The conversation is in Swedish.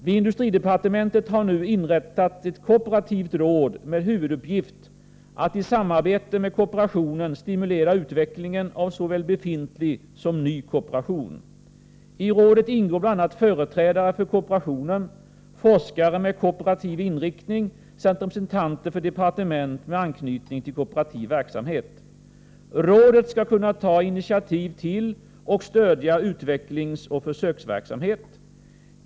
Vid industridepartementet har nu inrättats ett kooperativt råd, med huvuduppgift att i samarbete med kooperationen stimulera utvecklingen av såväl befintlig som ny kooperation. I rådet ingår bl.a. företrädare för kooperationen, forskare med kooperativ inriktning samt representanter för departement med anknytning till kooperativ verksamhet. Rådet skall kunna ta initiativ till och stödja utvecklingsoch försöksverksamhet.